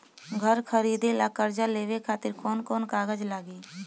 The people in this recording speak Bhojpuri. घर खरीदे ला कर्जा लेवे खातिर कौन कौन कागज लागी?